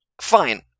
Fine